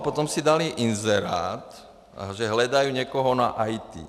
Potom si dali inzerát, že hledají někoho na IT.